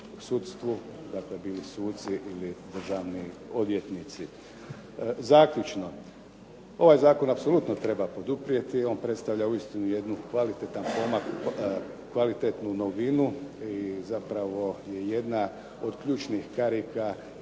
u sudstvu, dakle bili suci ili državni odvjetnici. Zaključno. Ovaj zakon apsolutno treba poduprijeti, on predstavlja uistinu jednu, kvalitetan pomak, kvalitetnu novinu i zapravo je jedna od ključnih karika